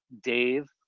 Dave